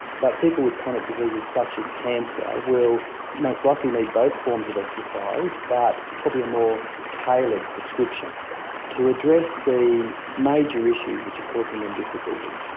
but people with chronic diseases such as cancer will most likely need both forms of exercise but probably a more tailored prescription to address the major issues which are causing them difficulty.